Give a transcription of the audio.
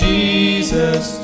Jesus